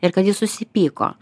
ir kad jis susipyko